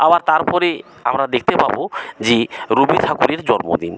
আবার তারপরে আমরা দেখতে পাবো যে রবি ঠাকুরের জন্মদিন